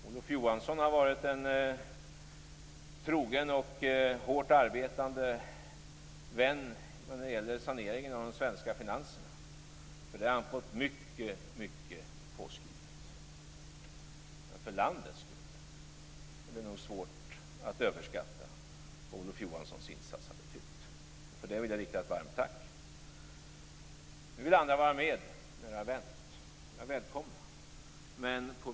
Olof Johansson har varit en trogen och hårt arbetande vän när det gäller saneringen av de svenska finanserna. För det har han fått mycket påskrivet. För landets skull är det nog svårt att överskatta vad Olof Johanssons insats har betytt. För det vill jag rikta ett varmt tack. Nu, när det har vänt, vill andra vara med. Välkomna!